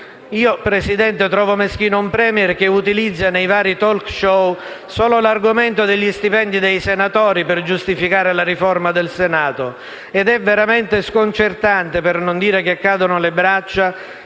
Presidente, trovo invece meschino un *Premier* che utilizza, nei vari *talk show*, solo l'argomento degli stipendi dei senatori per giustificare la riforma del Senato. Ed è veramente sconcertante, per non dire che cadono le braccia,